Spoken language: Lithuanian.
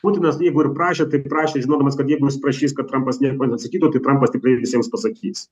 putinas jeigu ir prašė tai prašė žinodamas kad jeigu jis prašys kad trampas nieko neatsakytų tai trampas tikrai visiems pasakys